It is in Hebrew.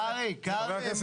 רגע, רגע, קרעי, קרעי.